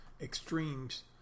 extremes